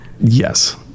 Yes